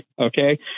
okay